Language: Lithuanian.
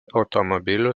automobilių